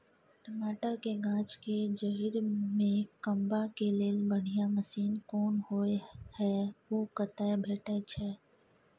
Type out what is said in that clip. टमाटर के गाछ के जईर में कमबा के लेल बढ़िया मसीन कोन होय है उ कतय भेटय छै?